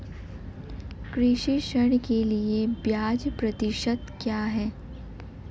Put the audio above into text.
कृषि ऋण के लिए ब्याज प्रतिशत क्या है?